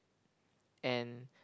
and